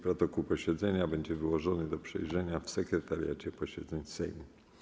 Protokół posiedzenia będzie wyłożony do przejrzenia w Sekretariacie Posiedzeń Sejmu.